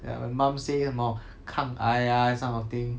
ya my mum say 什么抗癌 ah this kind of thing